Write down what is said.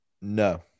No